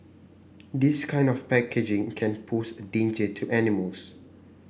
this kind of packaging can pose a danger to animals